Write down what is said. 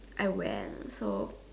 I went so